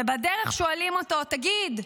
ובדרך שואלים אותו: תגיד,